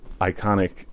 iconic